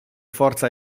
forza